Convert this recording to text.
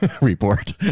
report